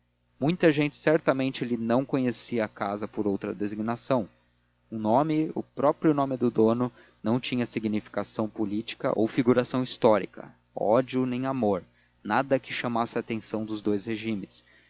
muita gente certamente lhe não conhecia a casa por outra designação um nome o próprio nome do dono não tinha significação política ou figuração história ódio nem amor nada que chamasse a atenção dos dous regimens